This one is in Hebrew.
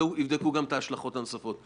הוא גם יבדוק את ההשלכות הנוספות.